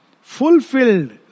fulfilled